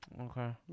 okay